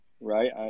right